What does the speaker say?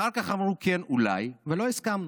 אחר כך אמרו: כן, אולי, ולא הסכמנו.